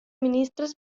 ministres